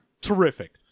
terrific